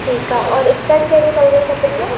ठीकु आहे और स्कट कहिड़ी कलर ई खपेव